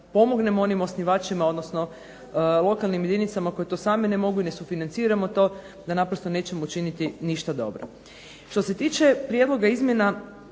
pomognemo onim osnivačima, odnosno lokalnim jedinicama koje to same ne mogu i ne sufinanciramo to da naprosto nećemo učiniti ništa dobro. Što se tiče prijedloga izmjena